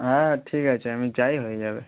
হ্যাঁ ঠিক আছে আমি যাই হয়ে যাবে